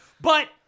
But-